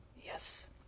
Yes